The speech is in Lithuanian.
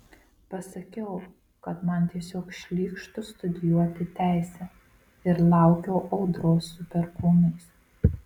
pasakiau kad man tiesiog šlykštu studijuoti teisę ir laukiau audros su perkūnais